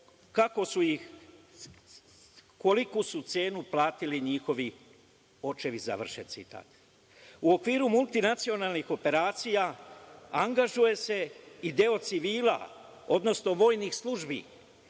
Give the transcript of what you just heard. koliku su cenu platili njihovi očevi, završen citat.U okviru multinacionalnih operacija angažuje se i deo civila, odnosno vojnih službi